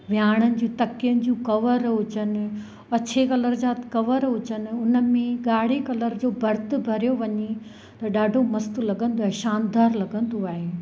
विहाणे जी तकियुनि जी कवर हुजनि अछे कलर जा कवर हुजनि हुन में ॻाढ़े कलर जो भर्तु भरियो वञे त ॾाढो मस्तु लॻंदो आहे शानदारु लॻंदो आहे